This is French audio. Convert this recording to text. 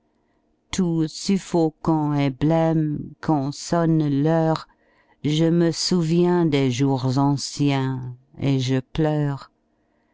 tout suffocant et blême quand sonne l'heure je me souviens des jours anciens et je pleure